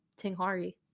Tinghari